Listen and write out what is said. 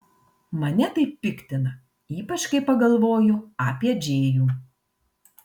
mane tai piktina ypač kai pagalvoju apie džėjų